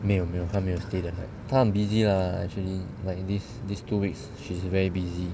没有没有她没有 stay the night 她很 busy lah actually like this this two weeks she's very busy